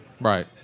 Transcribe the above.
Right